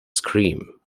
scream